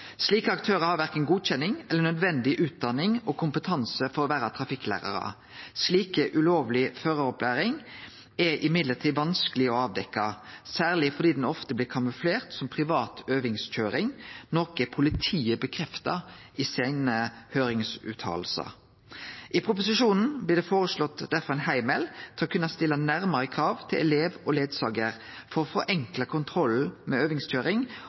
Slike aktørar har verken godkjenning eller nødvendig utdanning og kompetanse for å vere trafikklærarar. Men slik ulovleg føraropplæring er vanskeleg å avdekkje, særleg fordi det ofte blir kamuflert som privat øvingskøyring, noko politiet bekreftar i høyringsutsegnene sine. I proposisjonen blir det derfor føreslått ein heimel for å kunne stille nærare krav til elevar og rettleiarar, for å forenkle kontrollen med